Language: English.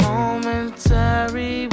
Momentary